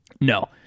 No